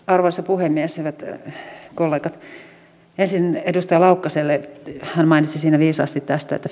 arvoisa puhemies hyvät kollegat ensin edustaja laukkaselle hän mainitsi viisaasti tästä että